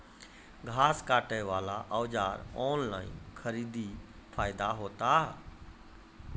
घास काटे बला औजार ऑनलाइन खरीदी फायदा होता?